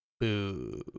Boo